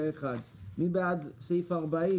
הצבעה סעיף 85(35)